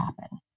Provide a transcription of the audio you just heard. happen